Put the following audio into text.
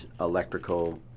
electrical